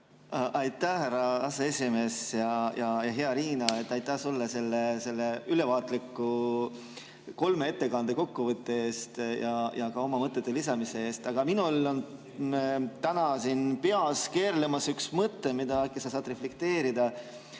Aitäh, härra aseesimees! Hea Riina, aitäh sulle selle ülevaatliku kolme ettekande kokkuvõtte eest ja ka oma mõtete lisamise eest! Aga minul on täna peas keerlemas üks mõte, mida sa äkki saad reflekteerida.